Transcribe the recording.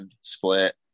split